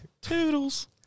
Toodles